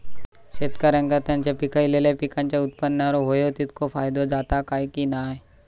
शेतकऱ्यांका त्यांचा पिकयलेल्या पीकांच्या उत्पन्नार होयो तितको फायदो जाता काय की नाय?